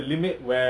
orh